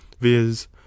viz